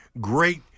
great